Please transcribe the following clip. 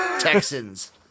Texans